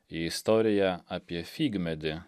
į istoriją apie figmedį